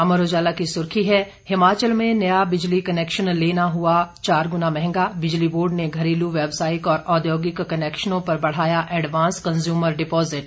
अमर उजाला की सुर्खी है हिमाचल में नया बिजली कनेक्शन लेना हुआ चार गुना मंहगा बिजली बोर्ड ने घरेल व्यावसायिक और औद्योगिक कनेक्शनों पर बढ़ाया एडवांस कंज्यूमर डिपॉजिट